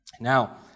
Now